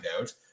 out